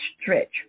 stretch